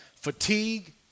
Fatigue